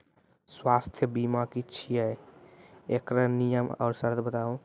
स्वास्थ्य बीमा की छियै? एकरऽ नियम आर सर्त बताऊ?